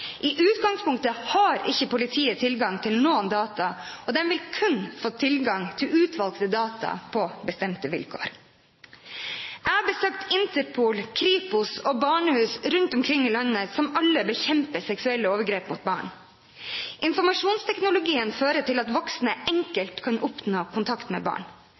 I utgangspunktet har ikke politiet tilgang til noen data, og de vil kun få tilgang til utvalgte data på bestemte vilkår. Jeg har besøkt Interpol, Kripos og barnehus rundt omkring i landet, som alle bekjemper seksuelle overgrep mot barn. Informasjonsteknologien fører til at voksne enkelt kan oppnå kontakt med barn.